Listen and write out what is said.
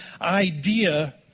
idea